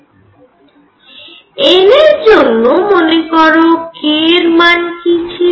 n এর জন্য মনে করো k এর মান কি ছিল